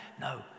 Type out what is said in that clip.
No